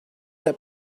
that